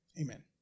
Amen